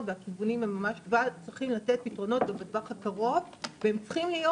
והכיוונים הם ממש צריכים לתת פתרון כבר בתווך הקרוב והם צריכים להיות